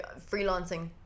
freelancing